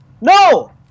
no